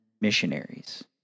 missionaries